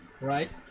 right